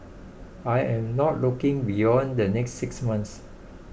I am not looking beyond the next six months